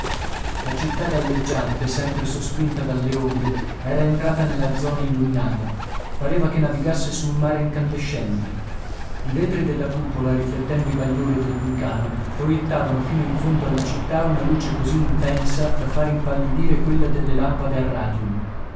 la città galleggiante sempre sospinta dalle onde era entrata nella zona illuminata pareva che navigasse su un mare incandescente i vetri della cupola riflettendo i bagliori del vulcano proiettavano fino in fondo alla città una luce così intensa da far impallidire quella delle lampade a radium